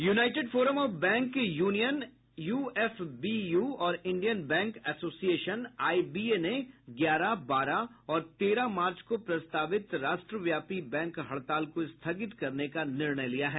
United Forum of Bank Union UFBU और Indian Bank Association IBA ने ग्यारह बारह और तेरह मार्च को प्रस्तावित राष्ट्रव्यापी बैंक हड़ताल को स्थगित करने का निर्णय लिया है